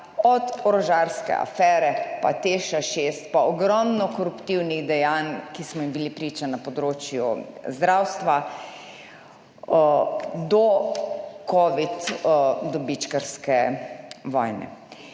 od orožarske afere, pa TEŠ-6, pa ogromno koruptivnih dejanj, ki smo jim bili priča na področju zdravstva, do covid dobičkarske vojne.